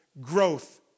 growth